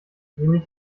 nämlich